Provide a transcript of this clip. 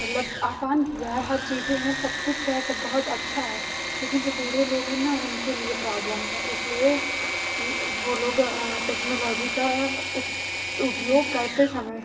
मतलब आसान किया है हर चीज़ें हैं सब कुछ है सब बहुत अच्छा है लेकिन जो बूढ़े लोग हैं न उनके लिए प्रॉब्लम है इसलिए ये वो लोग टेक्नोलॉजी का उपयोग करते समय